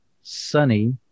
sunny